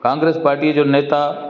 कांग्रेस पाटीअ जो नेता